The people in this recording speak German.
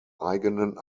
eigenen